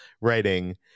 writing